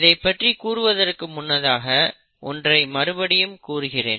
இதைப் பற்றி கூறுவதற்கு முன்னதாக ஒன்றை மறுபடியும் கூறுகிறேன்